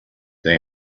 they